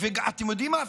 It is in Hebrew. אתם יודעים מה?